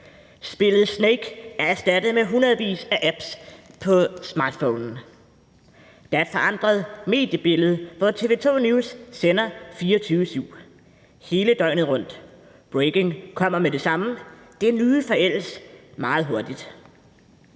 Spillet Snake er erstattet med hundredevis af apps på smartphonen. Der er et forandret mediebillede, hvor TV2 News sender 24-7, hele døgnet rundt. Breaking kommer med det samme, det nye forældes meget hurtigt.